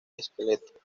esqueleto